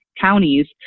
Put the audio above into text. counties